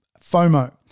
FOMO